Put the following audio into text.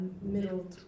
middle